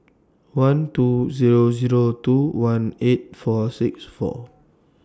one two Zero Zero two one eight four six four